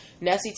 Nessie